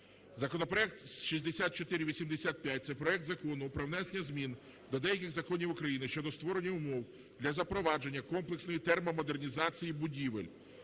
законопроект 6485, це проект Закону про внесення змін до деяких законів України щодо створення умов для запровадження комплексної термомодернізації будівель.